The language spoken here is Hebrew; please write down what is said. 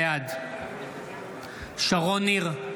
בעד שרון ניר,